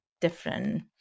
different